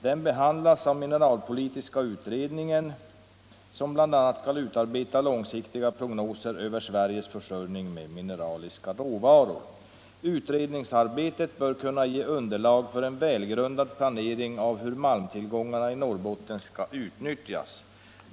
Den behandlas av mineralpolitiska utredningen ——-=—, som bl.a. skall utarbeta långsiktiga prognoser över Sveriges försörjning med mineraliska råvaror. Utredningsarbetet bör kunna ge underlag för en välgrundad planering av hur malmtillgångarna i Norrbotten skall utnyttjas.